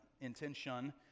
intention